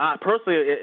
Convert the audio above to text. personally